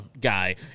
guy